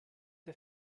der